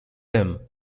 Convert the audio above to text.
him